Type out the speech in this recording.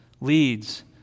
leads